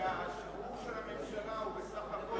השחרור של הממשלה הוא בסך הכול,